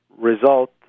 result